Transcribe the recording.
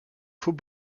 faux